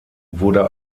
wurde